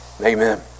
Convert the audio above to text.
amen